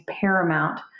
paramount